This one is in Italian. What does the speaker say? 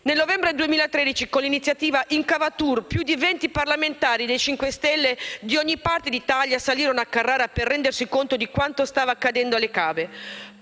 Nel novembre 2013 con l'iniziativa Incavatour più di venti parlamentari del Movimento 5 Stelle di ogni parte d'Italia salirono a Carrara per rendersi conto di quanto stava accadendo alle cave.